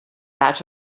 out